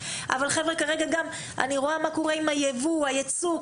אבל אני רואה מה קורה עם הייבוא והייצוא.